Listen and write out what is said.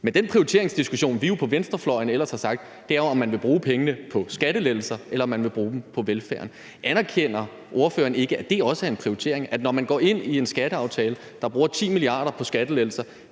Men den prioriteringsdiskussion, vi på venstrefløjen ellers har sagt noget om, er jo om, om man vil bruge pengene på skattelettelser eller man vil bruge dem på velfærden. Anerkender ordføreren ikke, at det også er en prioritering, at når man går ind i en skatteaftale, der bruger 10 mia. kr. på skattelettelser